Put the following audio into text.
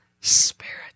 spirit